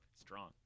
Strong